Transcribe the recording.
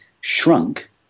shrunk